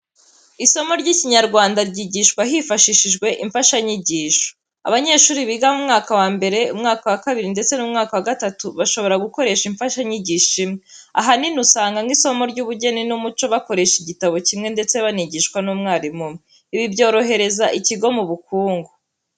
Isomo ry'Ikiinyarwanda ryigishwa hifashishijwe imfashanyigisho. Abanyeshuri biga mu mwaka wa mbere, umwaka wa kabiri ndetse n'umwaka wa gatatu bashobora gukoresha imfashanyigisho imwe. Ahanini usanga nk'isomo ry'ubugeni n'umuco bakoresha igitabo kimwe ndetse banigishwa n'umwarimu umwe. Ibi byorohereza ikigo mu bukungu.